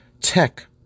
tech